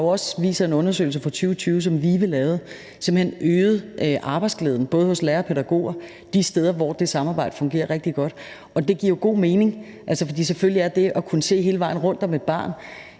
også vist sig i en undersøgelse, som VIVE lavede i 2020 – simpelt hen øger arbejdsglæden både hos lærere og pædagoger de steder, hvor det fungerer rigtig godt. Og det giver jo god mening, fordi man på den måde kan se hele vejen rundt om et barn